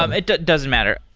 um it doesn't matter.